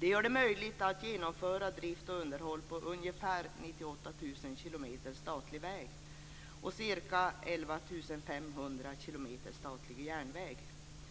Det gör det möjligt att genomföra drift och underhåll på ungefär 98 000 km statlig väg och ca 11 500 km statlig järnväg.